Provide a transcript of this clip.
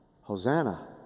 Hosanna